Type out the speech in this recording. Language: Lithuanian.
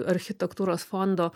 architektūros fondo